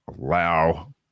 Allow